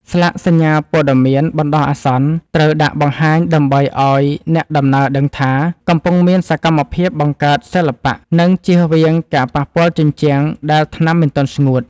ស្លាកសញ្ញាព័ត៌មានបណ្ដោះអាសន្ន ត្រូវដាក់បង្ហាញដើម្បីឱ្យអ្នកដំណើរដឹងថា កំពុងមានសកម្មភាពបង្កើតសិល្បៈ និងជៀសវាងការប៉ះពាល់ជញ្ជាំងដែលថ្នាំមិនទាន់ស្ងួត។